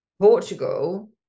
Portugal